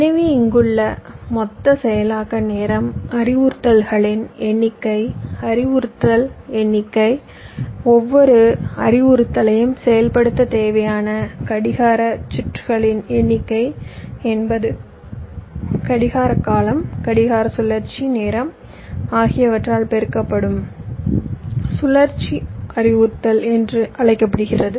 எனவே இங்குள்ள மொத்த செயலாக்க நேரம் அறிவுறுத்தல்களின் எண்ணிக்கை அறிவுறுத்தல் எண்ணிக்கை ஒவ்வொரு அறிவுறுத்தலையும் செயல்படுத்த தேவையான கடிகார சுழற்சிகளின் எண்ணிக்கை என்பது கடிகார காலம் கடிகார சுழற்சி நேரம் ஆகியவற்றால் பெருக்கப்படும் சுழற்சி அறிவுறுத்தல்கள் என்று அழைக்கப்படுகிறது